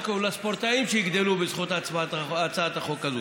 ולספורטאים שיגדלו בזכות הצעת החוק הזאת.